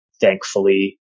Thankfully